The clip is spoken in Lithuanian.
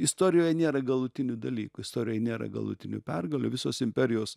istorijoj nėra galutinių dalykų istorijoj nėra galutinių pergalių visos imperijos